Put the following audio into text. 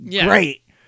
great